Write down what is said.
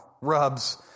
rubs